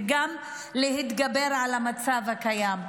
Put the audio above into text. וגם להתגבר על המצב הקיים.